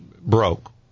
broke